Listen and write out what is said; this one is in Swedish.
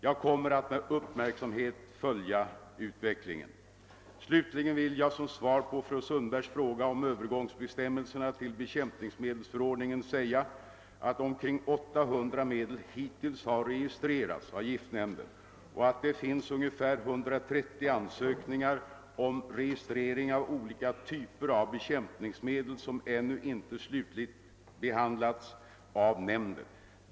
Jag kommer att med uppmärksamhet följa utvecklingen. Slutligen vill jag som svar på fru Sundbergs fråga om Öövergångsbestämmelserna till bekämpningsmedelsförordningen säga, att omkring 800 medel hittills har registrerats av giftnämnden och att det finns ungefär 130 ansökningar om registrering av olika typer av bekämpningsmedel som ännu inte slutligt behandlats av nämnden.